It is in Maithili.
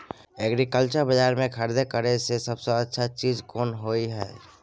एग्रीकल्चर बाजार में खरीद करे से सबसे अच्छा चीज कोन होय छै?